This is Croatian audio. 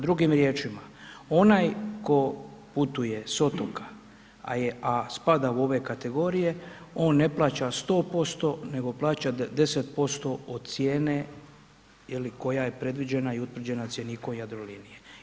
Drugim riječima, onaj tko putuje s otoka a spada u ove kategorije, on ne plaća 100% nego plaća 10% od cijene ili koja je predviđena i utvrđena cjeniku Jadrolinije.